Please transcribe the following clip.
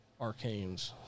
arcanes